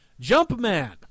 Jumpman